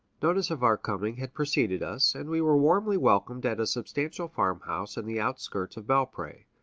notice of our coming had preceded us, and we were warmly welcomed at a substantial farmhouse in the outskirts of belpre,